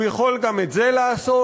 הוא יכול גם את זה לעשות,